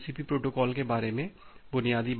तो यह TCP protocol के बारे में बुनियादी बातें है